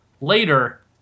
later